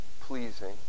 pleasing